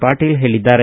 ಪಾಟೀಲ ಹೇಳಿದ್ದಾರೆ